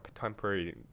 temporary